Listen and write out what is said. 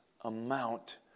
amount